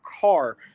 car